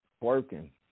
working